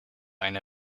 eine